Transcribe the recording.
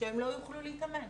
שהם לא יוכלו להתאמן.